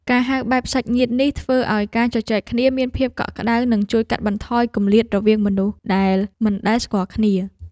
ការហៅបែបសាច់ញាតិនេះធ្វើឱ្យការជជែកគ្នាមានភាពកក់ក្តៅនិងជួយកាត់បន្ថយគម្លាតរវាងមនុស្សដែលមិនដែលស្គាល់គ្នា។